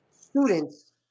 students